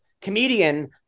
comedian